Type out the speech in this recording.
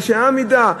שיהיה המידע.